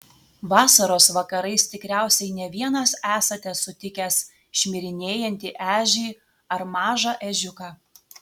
vasaros vakarais tikriausiai ne vienas esate sutikęs šmirinėjantį ežį ar mažą ežiuką